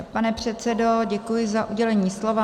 Pane předsedo, děkuji za udělení slova.